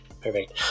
Perfect